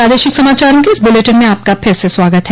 प्रादेशिक समाचारों के इस बुलेटिन में आपका फिर से स्वागत है